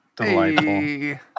Delightful